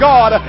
God